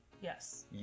Yes